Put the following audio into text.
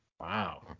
Wow